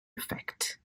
effect